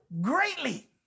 greatly